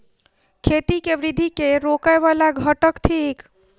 खेती केँ वृद्धि केँ रोकय वला घटक थिक?